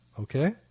okay